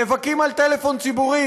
שנאבקים על טלפון ציבורי,